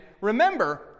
remember